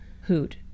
hoot